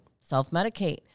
Self-medicate